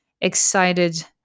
excited